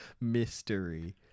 mystery